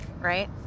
right